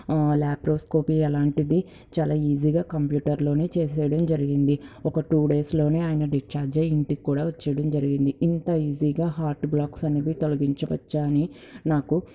laparoscopy అలాంటిది చాలా ఈజీగా కంప్యూటర్లోనే చేసేయడం జరిగింది ఒక టు డేస్లోనే ఆయన డిశ్చార్జ్ అయ్యి ఇంటికి కూడా వచ్చేయడం జరిగింది ఇంత ఈజీగా హార్ట్ బ్లాక్స్ అనేవి తొలగించవచ్చా అని నాకు